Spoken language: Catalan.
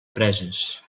preses